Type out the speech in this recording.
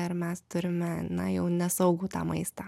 ir mes turime na jau nesaugų tą maistą